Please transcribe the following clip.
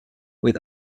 with